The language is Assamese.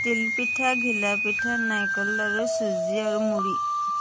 তিলপিঠা ঘিলা পিঠা নাৰিকল আৰু চুজী আৰু মুড়ি